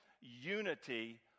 unity